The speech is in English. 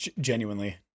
Genuinely